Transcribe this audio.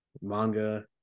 manga